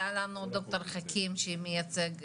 היה לנו דוקטור חכים שמייצג,